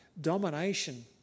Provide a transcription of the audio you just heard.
domination